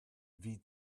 bhí